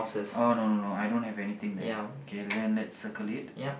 oh no no no I don't have anything there okay then let's circle it